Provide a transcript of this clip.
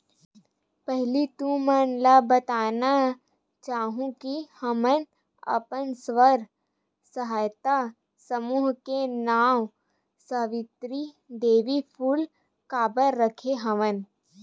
पहिली तुमन ल बताना चाहूँ के हमन अपन स्व सहायता समूह के नांव सावित्री देवी फूले काबर रखे हवन